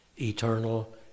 eternal